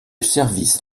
service